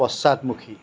পশ্চাদমুখী